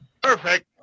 Perfect